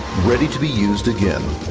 ready to be used again,